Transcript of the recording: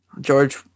George